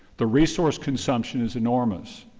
the resource consumption is enormous.